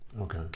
Okay